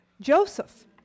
Joseph